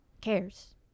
cares